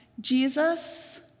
Jesus